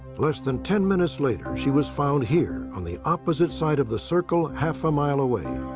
less than ten minutes later, she was found here on the opposite side of the circle, half a mile away.